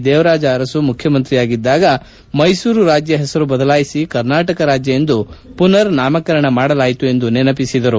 ದೇವರಾಜ ಅರಸು ಮುಖ್ಯಮಂತ್ರಿಯಾಗಿದ್ದಾಗೆಮೈಸೂರು ರಾಜ್ಯ ಹೆಸರು ಬದಲಾಯಿಸಿ ಕರ್ನಾಟಕ ರಾಜ್ಯ ಎಂದು ಮನರ್ ನಾಮಕರಣ ಮಾಡಲಾಯಿತು ಎಂದು ನೆನಪಿಸಿದರು